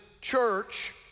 church